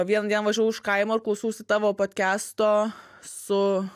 vieną dieną važiavau iš kaimo ir klausiausi tavo podkasto su